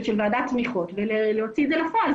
של ועדת תמיכות ולהוציא את זה לפועל.